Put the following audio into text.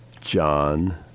John